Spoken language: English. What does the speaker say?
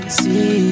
see